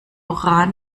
rahn